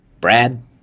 Brad